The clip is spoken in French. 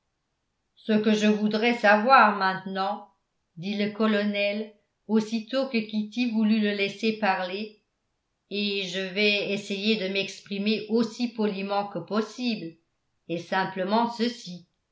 ce que je voudrais savoir maintenant dit le colonel aussitôt que kitty voulut le laisser parler et je vais essayer de m'exprimer aussi poliment que possible est simplement ceci